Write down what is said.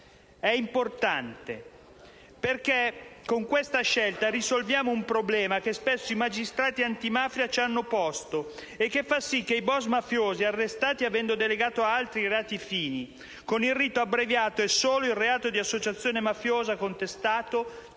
È importante perché con questa scelta risolviamo un problema che spesso i magistrati antimafia ci hanno posto e che fa sì che i *boss* mafiosi arrestati, avendo delegato ad altri i reati fine, con il rito abbreviato e solo il reato di associazione mafiosa contestatogli,